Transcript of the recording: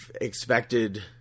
expected